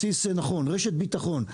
בסיס נכון, רשת ביטחון.